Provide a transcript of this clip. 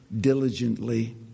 diligently